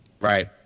Right